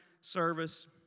service